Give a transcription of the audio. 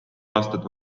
aastat